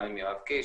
גם עם יואב קיש,